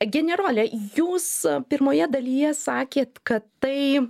generole jūs pirmoje dalyje sakėt kad tai